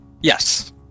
Yes